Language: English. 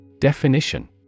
Definition